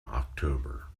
october